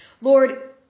Lord